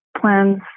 plans